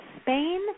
Spain